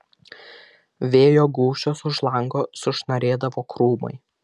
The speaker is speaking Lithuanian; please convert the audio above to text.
vėjo gūsiuos už lango sušnarėdavo krūmai